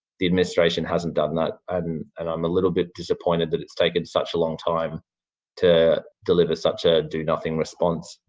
the administration hasn't done that and i'm a little bit disappointed that it's taken such a long time to deliver such a do-nothing response.